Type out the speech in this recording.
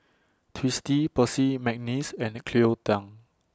Twisstii Percy Mcneice and Cleo Thang